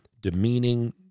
demeaning